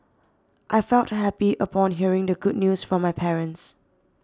I felt happy upon hearing the good news from my parents